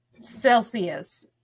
Celsius